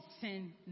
sin